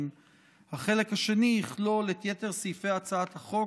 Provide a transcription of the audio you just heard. החלק השני יכלול את יתר סעיפי הצעת החוק,